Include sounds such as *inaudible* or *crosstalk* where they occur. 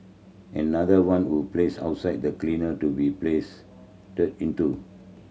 another one we've placed outside the cleaner to be place *unintelligible* into